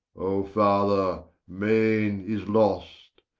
oh father, maine is lost,